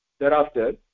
Thereafter